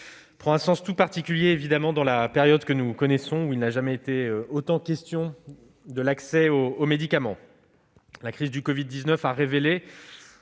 prend un sens tout particulier dans la période que nous connaissons, où il n'a jamais été autant question de l'accès aux médicaments. La crise du covid-19 a révélé,